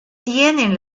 tienen